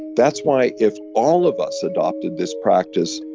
that's why if all of us adopted this practice,